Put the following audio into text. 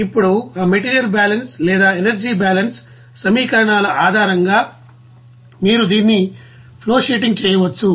ఇప్పుడు ఆ material balance లేదా ఎనర్జీ బ్యాలెన్స్ సమీకరణాల ఆధారంగా మీరు దీన్ని ఫ్లోషీట్ చేయవచ్చు